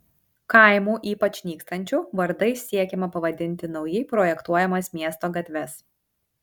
kaimų ypač nykstančių vardais siekiama pavadinti naujai projektuojamas miesto gatves